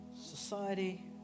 society